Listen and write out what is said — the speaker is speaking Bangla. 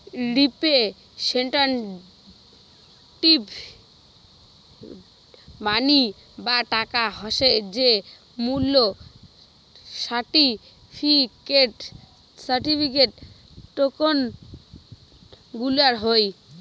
রিপ্রেসেন্টেটিভ মানি বা টাকা হসে যে মূল্য সার্টিফিকেট, টোকেন গুলার হই